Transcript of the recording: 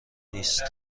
نیست